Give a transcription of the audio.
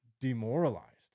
demoralized